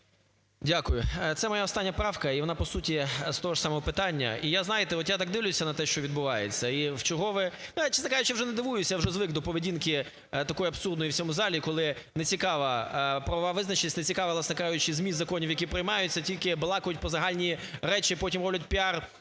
Дякую. Це моя остання правка, і вона по суті з того ж самого питання. І я, знаєте, от я так дивлюся на те, що відбувається, і в чергове… Я, чесно кажу, вже не дивуюсь, я вже звик до поведінки такої абсурдної в цьому залі, коли нецікава правова визначеність, нецікавий, власне кажучи, зміст законів, які приймаються, тільки балакають про загальні речі, а потім роблять піар…